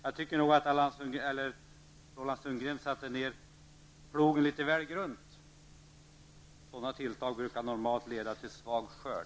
Jag tycker nog att Roland Sundgren satte plogen litet väl grunt. Sådana tilltag brukar normalt leda till svag skörd.